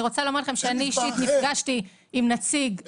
אני רוצה לומר לכם שאני אישית נפגשתי עם נציג המל"ג,